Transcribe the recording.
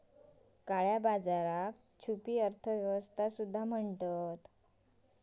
काळया बाजाराक छुपी अर्थ व्यवस्था म्हणतत